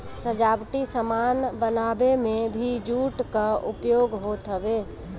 सजावटी सामान बनावे में भी जूट कअ उपयोग होत हवे